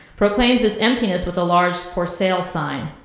proclaims its emptiness with a large for sale sign.